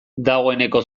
dagoeneko